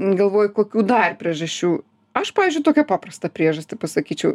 galvoju kokių dar priežasčių aš pavyzdžiui tokią paprastą priežastį pasakyčiau